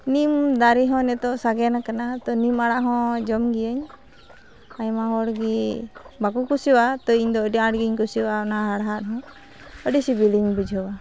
ᱱᱤᱢ ᱫᱟᱨᱮᱦᱚᱸ ᱱᱤᱛᱚᱜ ᱥᱟᱜᱮᱱ ᱟᱠᱟᱱᱟ ᱛᱚ ᱱᱤᱢ ᱟᱲᱟᱜᱦᱚᱸ ᱡᱚᱢᱜᱮᱭᱟᱹᱧ ᱟᱭᱢᱟ ᱦᱚᱲᱜᱮ ᱵᱟᱠᱚ ᱠᱩᱥᱤᱣᱟᱜᱼᱟ ᱛᱚ ᱤᱧᱫᱚ ᱟᱹᱰᱤ ᱟᱴᱜᱮᱧ ᱠᱩᱥᱤᱣᱟᱜᱼᱟ ᱚᱱᱟ ᱦᱟᱲᱦᱟᱫᱦᱚᱸ ᱟᱹᱰᱤ ᱥᱤᱵᱤᱞᱤᱧ ᱵᱩᱡᱷᱟᱹᱣᱟ